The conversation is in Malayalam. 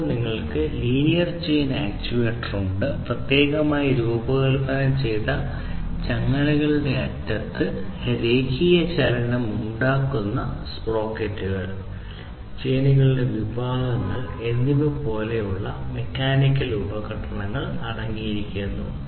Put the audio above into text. അപ്പോൾ നിങ്ങൾക്ക് ലീനിയർ ചെയിൻ ആക്യുവേറ്റർ ഉണ്ട് പ്രത്യേകമായി രൂപകൽപ്പന ചെയ്ത ചങ്ങലകളുടെ സ അറ്റത്ത് രേഖീയ ചലനം ഉണ്ടാക്കുന്ന സ്പ്രോക്കറ്റുകൾ ചെയിനുകളുടെ വിഭാഗങ്ങൾ എന്നിവ പോലുള്ള മെക്കാനിക്കൽ ഉപകരണങ്ങൾ അടങ്ങിയിരിക്കുന്നു